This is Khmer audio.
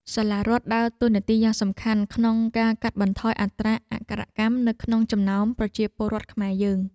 សាលារដ្ឋដើរតួនាទីយ៉ាងសំខាន់ក្នុងការកាត់បន្ថយអត្រាអក្ខរកម្មនៅក្នុងចំណោមប្រជាពលរដ្ឋខ្មែរយើង។